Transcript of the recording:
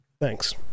Thanks